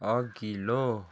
अघिल्लो